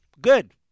Good